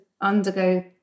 undergo